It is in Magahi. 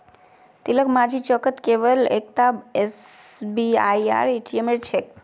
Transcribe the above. तिलकमाझी चौकत केवल एकता एसबीआईर ए.टी.एम छेक